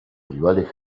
rivales